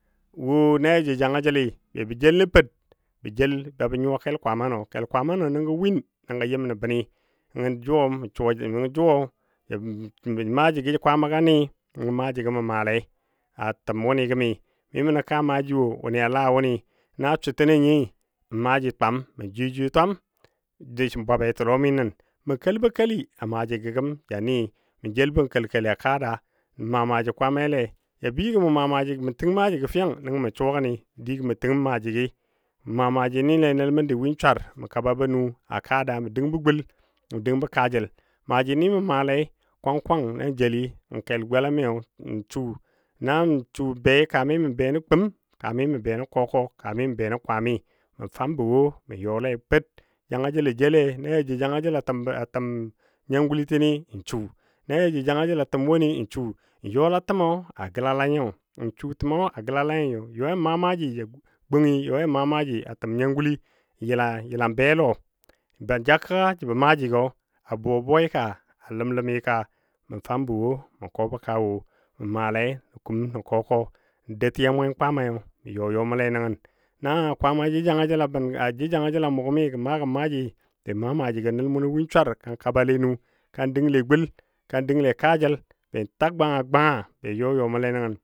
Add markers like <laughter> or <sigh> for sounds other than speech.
woo, na ja jou janga jəl nən per bə jel babə nyuwa kel kwaamanɔ, kel kwaamanɔ nəngɔ win nəngɔ yɨm nə bə ni nəngɔ jʊ <hesitation> maajigɔ kwaamaga nɨ nəngɔ maaji gə mə maalei a təm wʊnɨ gəmi mi mənə kaa maaji wo wʊnɨ a la wʊnɨ, na sutənɔ nyɨ maaji twam, mə jweyo jweyo twam dəsən bwa bətilɔmi nən, mə kel bə keli a maajigɔ gəm ja ni mə jelbɔ kel keli a kaada mə maa maaji kwaamaile ja bɨ gə mə təng maajigɔ fiyang nəngɔ mə suwa gəni di gɔ mə təngəm maajigi mə maa maajinile nəl məndi win swar mə kababɔ nu a kaa da mə dəngbɔ kaajəl, maaji ni mə maalei kwang kwang nan jeli n kel gola mi n su be kami mə bə nən kum, kami mə be nən kɔ kɔ kami mə be nən kwami mə fambɔ wo mə yɔle per janga jəl lɔ jele na ja jou janga jəl a təm nyangulitini n su, na jou janga jəl a təm woni n su n yɔla təm a gəlala nyo, n su təmo a gəlala nyo yɔ maa maaji ja gunyɨ yɔ yan maa maaji a təm nyanguli n yəla be lɔ ban ja kəgga jəbɔ maajigɔ a buwa buwaai ka a ləm ləmi ka mə fambɔ wo mə kɔbɔ kaa wo mə maale nən kum nən kɔ kɔ n dou tiya mwen kwaamai mə yɔ yɔmɔ le nəngən na kwaama a jou janga jəl bən, a jou janga jəl a mʊ gəm gən maa maaji be maajigɔ nəl munɔ win swar ka kabale nu ka dəngle gul ka dəngle kaajəl be ta gwanga gwanga be yɔ yɔmɔle nəngən